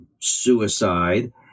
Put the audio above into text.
suicide